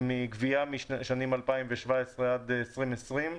מגבייה בשנים 2017 עד 2020,